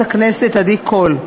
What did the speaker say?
הכנסת עדי קול.